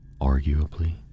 Arguably